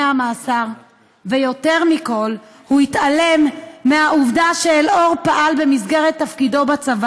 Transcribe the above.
ממך, ותואיל לתת לי לסיים את דבריי.